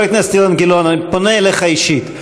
חבר הכנסת אילן גילאון, אני פונה אליך אישית.